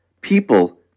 People